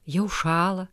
jau šąla